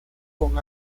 con